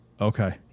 Okay